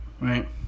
right